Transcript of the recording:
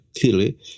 clearly